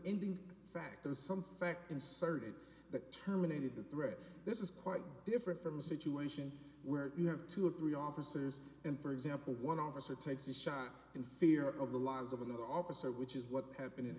ending factors some fact inserted that terminated the thread this is quite different from a situation where you have two or three officers in for example one officer takes a shot in fear of the lives of another officer which is what happen